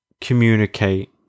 communicate